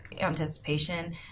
anticipation